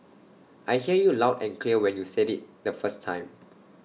I heard you loud and clear when you said IT the first time